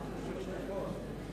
נא לשבת.